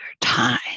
time